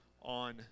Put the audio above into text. on